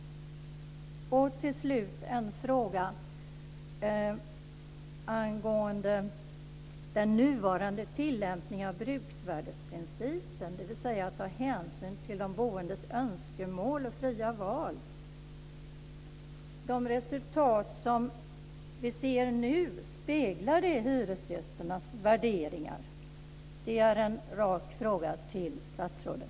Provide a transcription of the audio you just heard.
Till slut har jag en fråga angående den nuvarande tillämpningen av bruksvärdesprincipen, dvs. att ta hänsyn till de boendes önskemål och fria val: Speglar de resultat som vi nu ser hyresgästernas värderingar? Det är en rak fråga till statsrådet.